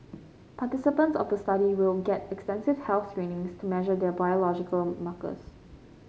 participants of the study will get extensive health screenings to measure their biological markers